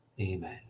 Amen